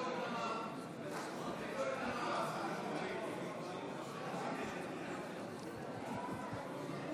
אנחנו חוזרים להצביע על הסתייגויות של קבוצת העבודה לסעיף 1. ההסתייגות